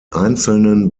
einzelnen